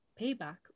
payback